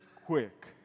Quick